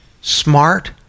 Smart